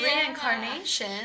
Reincarnation